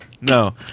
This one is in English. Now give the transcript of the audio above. No